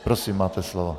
Prosím, máte slovo.